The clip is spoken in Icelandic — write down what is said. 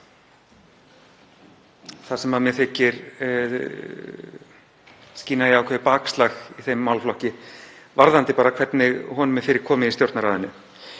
þar sem mér þykir skína í ákveðið bakslag í þeim málaflokki varðandi hvernig honum er fyrir komið í Stjórnarráðinu.